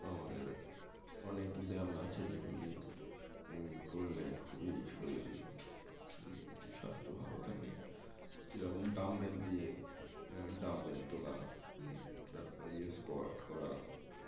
আমাদের অনেক ব্যায়াম আছে যেগুলি করলে খুবই শরীর স্বাস্থ্য ভালো থাকে যেমন ডাম্বেল দিয়ে ডাম্বেল তোলা হুম তারপরে ইয়ে স্কোয়াট করা